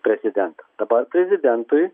prezidentą dabar prezidentui